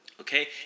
Okay